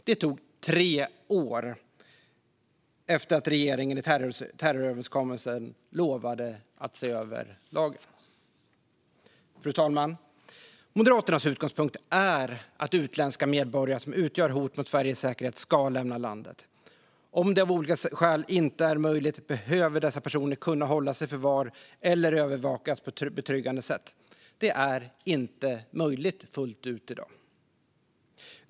Det tog tre år efter det att regeringen i terroröverenskommelsen lovade att se över lagen. Fru talman! Moderaternas utgångspunkt är att utländska medborgare som utgör hot mot Sveriges säkerhet ska lämna landet. Om det av olika skäl inte är möjligt behöver dessa personer kunna hållas i förvar eller övervakas på ett betryggande sätt. Det är inte möjligt fullt ut i dag.